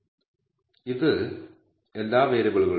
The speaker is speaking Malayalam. σ2Sxx എന്നത് β̂1 ന്റെ വേരിയൻസാണ്